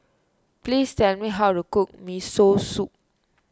please tell me how to cook Miso Soup